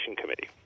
Committee